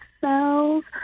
cells